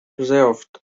preserved